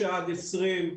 9 עד 20,